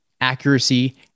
accuracy